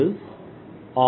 r r